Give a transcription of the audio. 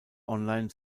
online